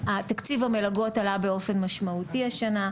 תקציב המלגות עלה באופן משמעותי השנה,